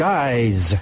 Guys